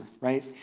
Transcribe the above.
right